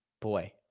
Boy